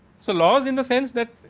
so, lose in the sense that,